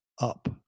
up